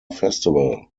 festival